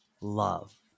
love